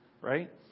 right